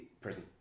prison